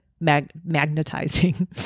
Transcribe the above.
magnetizing